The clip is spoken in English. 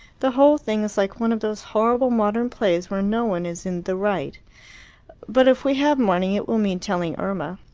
the whole thing is like one of those horrible modern plays where no one is in the right but if we have mourning, it will mean telling irma.